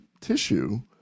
tissue